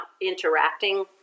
interacting